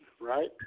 Right